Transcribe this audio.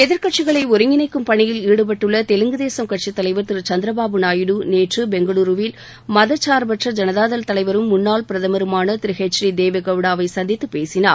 எதிர்க்கட்சிகளை ஒருங்கிணைக்கும் பணியில் ஈடுபட்டுள்ள தெலுகுதேசம் கட்சித் தலைவர் திருசந்திரபாபு நாயுடு நேற்று பெங்களுருவில் மதச்சார்பற்ற ஜனதாதள தலைவரும் முன்னாள் பிரதமருமான திரு எச் டி தேவே கவுடாவை சந்தித்துப் பேசினார்